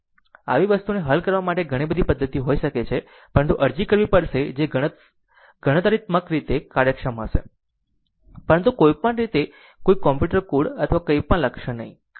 આવી વસ્તુને હલ કરવા માટે ઘણી પદ્ધતિઓ હોઈ શકે છે પરંતુ અરજી કરવી પડશે જે ગણતરીત્મક રીતે કાર્યક્ષમ હશે પરંતુ કોઈ પણ રીતે કોઈ કમ્પ્યુટર કોડ અથવા કંઈપણ લખશે નહીં